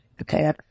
okay